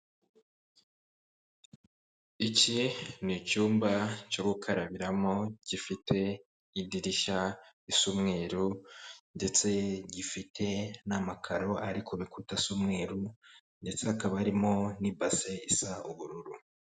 Iki ni icyumba cyo gukarabiramo gifite idirishya risa umweru ndetse gifite n'amakaro ari ku bikuta asa umweru ndetse akaba arimo n'ibase isa ubururu.